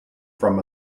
from